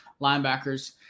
linebackers